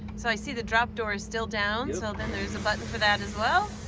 so i see the drop door is still down, so then there's a button for that as well.